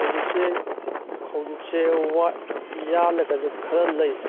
ꯍꯧꯖꯤꯛꯁꯦ ꯋꯥ ꯌꯥꯜꯂꯒꯁꯨ ꯈꯔ ꯂꯩ